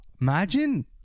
imagine